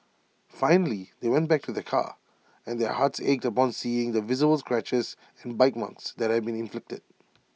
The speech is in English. finally they went back to their car and their hearts ached upon seeing the visible scratches and bite ones that had been inflicted